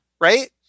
right